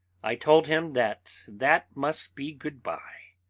i told him that that must be good-bye,